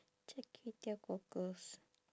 char kway teow cockles